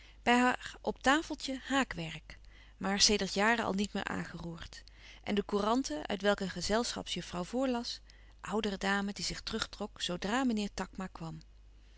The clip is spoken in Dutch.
bij haar op tafeltje haakwerk maar sedert jaren al niet meer aangeroerd en de couranten uit welke een gezelschapsjuffrouw voorlas oudere dame die zich terug trok zoodra meneer takma kwam